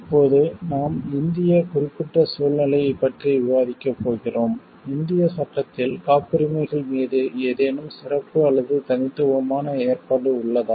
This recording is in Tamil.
இப்போது நாம் இந்திய குறிப்பிட்ட சூழ்நிலையைப் பற்றி விவாதிக்கப் போகிறோம் இந்தியச் சட்டத்தில் காப்புரிமைகள் மீது ஏதேனும் சிறப்பு அல்லது தனித்துவமான ஏற்பாடு உள்ளதா